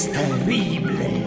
terrible